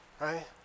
right